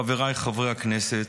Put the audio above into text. חבריי חברי הכנסת,